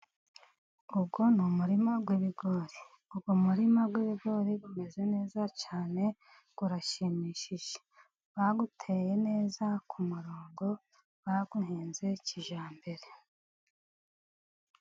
Uyu ni umurima w'ibigori. Uyu murima w'ibigori umeze neza cyane, urashimishije. Bawuteye neza ku murongo, bawuhinze kijyambere.